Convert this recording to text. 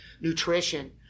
nutrition